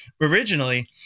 originally